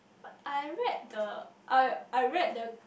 but I make the I I read